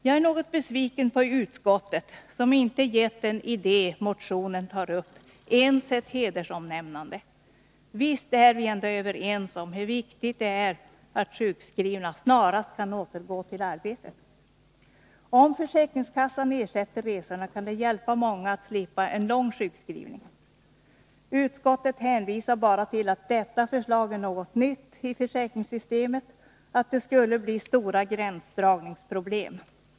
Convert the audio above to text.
Jag är något besviken på utskottet, som inte gett den idé motionen tar upp ens ett hedersomnämnande. Visst är vi ändå överens om hur viktigt det är att sjukskrivna snarast kan återgå till arbetet. Om försäkringskassan ersätter resorna, kan det hjälpa många att slippa en lång sjukskrivning. Utskottet hänvisar bara till att detta förslag är något nytt i försäkringssystemet och att det skulle bli stora gränsdragningsproblem.